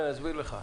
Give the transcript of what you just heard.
אבל אני אסביר לך.